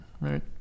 right